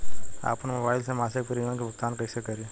आपन मोबाइल से मसिक प्रिमियम के भुगतान कइसे करि?